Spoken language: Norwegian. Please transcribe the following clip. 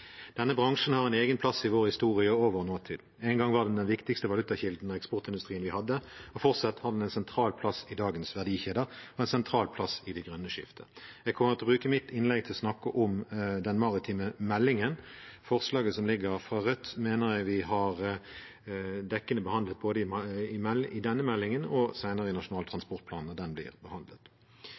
Denne bransjen har en egen plass i vår historie og i vår nåtid. En gang var den den viktigste valutakilden og eksportindustrien vi hadde, og fortsatt har den en sentral plass i dagens verdikjeder og en sentral plass i det grønne skiftet. Jeg kommer til å bruke mitt innlegg til å snakke om den maritime meldingen. Forslaget som ligger fra Rødt, mener jeg vi har dekkende behandlet i forbindelse med denne meldingen og senere i forbindelse med Nasjonal transportplan, når den blir behandlet.